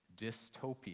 dystopia